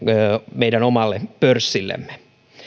meidän omalle pörssillemme